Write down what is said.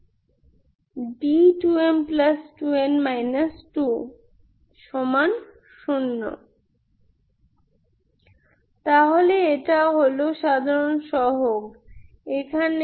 2m2m2nd2m2nd2m2n 20 তাহলে এটা হল সাধারণ সহগ এখানে